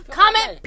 comment